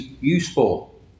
useful